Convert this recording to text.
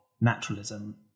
naturalism